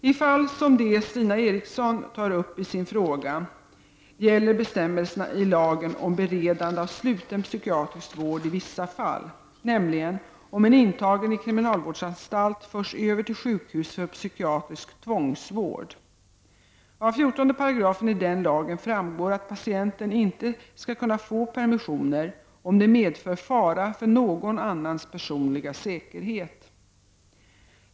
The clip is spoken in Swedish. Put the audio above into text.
I fall som det Stina Eliasson tar upp i sin interpellation gäller bestämmelserna i lagen om beredande av sluten psykiatrisk vård i vissa fall, nämligen om en intagen i kriminalvårdsanstalt förs över till sjukhus för psykiatrisk tvångsvård. Av 14§ i den lagen framgår att patienten inte skall kunna få permission om det medför fara för någon annans personliga säkerhet.